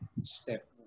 step